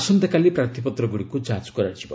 ଆସନ୍ତାକାଲି ପ୍ରାର୍ଥୀପତ୍ର ଗୁଡ଼ିକୁ ଯାଞ୍ଚ୍ କରାଯିବ